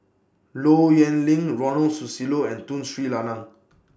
Low Yen Ling Ronald Susilo and Tun Sri Lanang